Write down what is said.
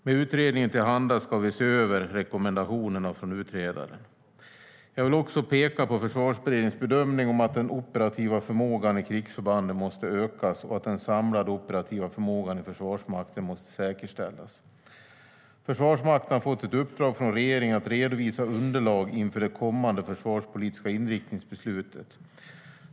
Med utredningen till handa ska vi se över rekommendationerna från utredaren. Försvarsmakten har fått ett uppdrag från regeringen att redovisa underlag inför det kommande försvarspolitiska inriktningsbeslutet.